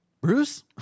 Bruce